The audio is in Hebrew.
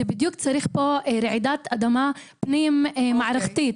צריך פה רעידת אדמה פנים מערכתית.